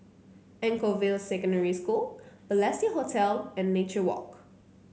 Anchorvale Secondary School Balestier Hotel and Nature Walk